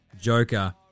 Joker